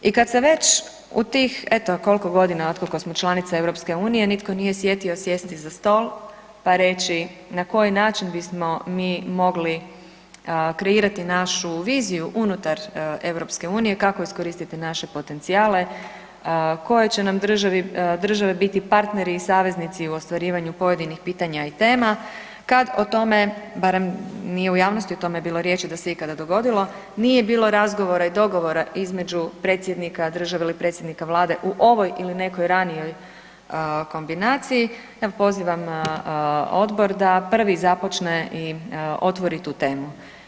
I kad se već u tih, eto koliko godina otkako smo članica EU-a, nitko nije sjetio sjesti za stol, pa reći na koji način bismo mi mogli kreirati našu viziju unutar EU-a, kako iskoristiti naše potencijale, koje će nam države biti partneri i saveznici u ostvarivanju pojedinih pitanja i tema, kad o tome barem nije u javnosti o tome bilo riječi da se ikada dogodilo, nije bilo razgovora i dogovora između Predsjednika države i predsjednika Vlade u ovoj ili nekoj ranijoj kombinaciji, ja pozivam odbor da prvi započne i otvorit tu temu.